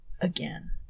again